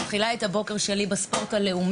אני מוצאת את עצמי מתחילה את היום שלי ב-״בספורט הלאומי״,